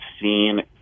seen